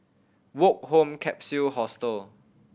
Woke Home Capsule Hostel